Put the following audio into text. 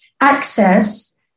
access